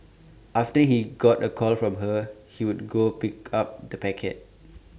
after he got A call from her he would go pick up the packet